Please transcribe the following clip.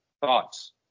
thoughts